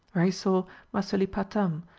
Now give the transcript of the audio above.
where he saw masulipatam,